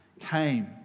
came